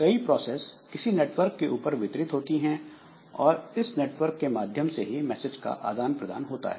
कई प्रोसेस किसी नेटवर्क के ऊपर वितरित होती हैं और इस नेटवर्क के माध्यम से ही मैसेज का आदान प्रदान होता है